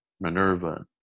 Minerva